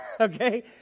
Okay